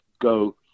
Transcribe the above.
go